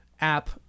app